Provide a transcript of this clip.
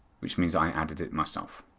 which means i added it myself.